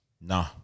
Nah